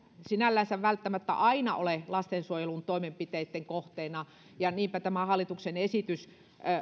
sinällänsä välttämättä aina ole lastensuojelun toimenpiteitten kohteena ja niinpä tämä hallituksen esitys